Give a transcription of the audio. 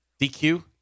DQ